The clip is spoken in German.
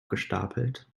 gestapelt